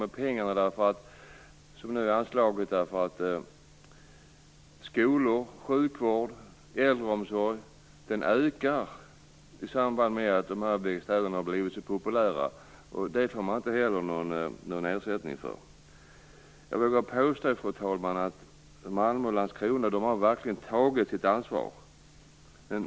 Behovet av skolor, sjukvård, äldreomsorg ökar i samband med att dessa bostadsorter blivit så populära. Det får man inte heller någon ersättning för. Fru talman! Jag vågar påstå att Malmö och Landskrona verkligen har tagit sitt ansvar.